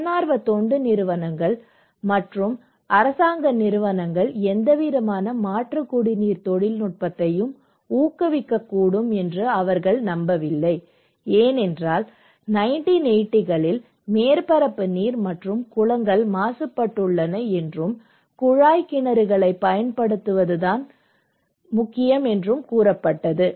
தன்னார்வ தொண்டு நிறுவனங்கள் மற்றும் அரசாங்க நிறுவனங்கள் எந்தவிதமான மாற்று குடிநீர் தொழில்நுட்பத்தையும் ஊக்குவிக்கக்கூடும் என்று அவர்கள் நம்பவில்லை ஏனென்றால் 1980 களில் மேற்பரப்பு நீர் மற்றும் குளங்கள் மாசுபட்டுள்ளன என்றும் குழாய் கிணறுகளைப் பயன்படுத்துவதாகவும் கூறப்பட்டது